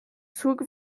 zug